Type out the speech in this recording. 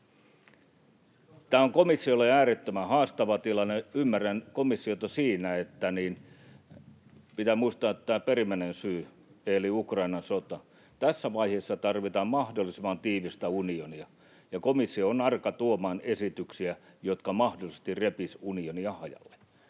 Tämä on komissiolle äärettömän haastava tilanne. Ymmärrän komissiota siinä, että pitää muistaa perimmäinen syy eli Ukrainan sota. Tässä vaiheessa tarvitaan mahdollisimman tiivistä unionia, ja komissio on arka tuomaan esityksiä, jotka mahdollisesti repisivät unionia hajalle.